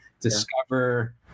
discover